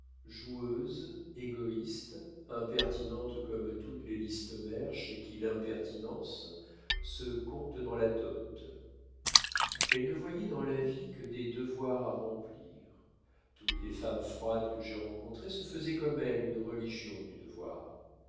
joueuse égoïste impertinente comme toutes les listomère chez qui l'impertinence se compte dans la dot elle ne voyait dans la vie que des devoirs à remplir toutes les femmes froides que j'ai rencontrées se faisaient comme elle une religion du devoir